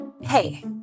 Hey